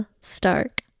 Stark